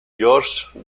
george